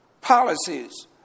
policies